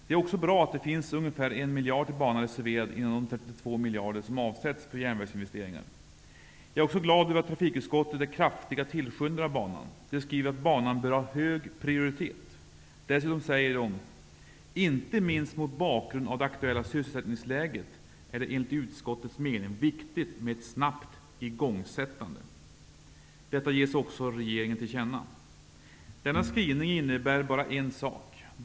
Det är också bra att det finns ungefär 1 miljard kronor reserverade inom de 32 miljarder kronor som avsätts till järnvägsinvesteringar. Jag är också glad över att ledamöterna i trafikutskottet kraftigt tillskyndar av banan. De tycker att banan bör ha hög prioritet. Av betänkandet framgår det att inte minst mot bakgrund av det aktuella sysselsättningsläget är det enligt utskottets mening viktigt med ett snabbt igångsättande. Det önskar utskottet skall ges regeringen till känna. Denna skrivning innebär bara en sak.